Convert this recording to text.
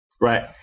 Right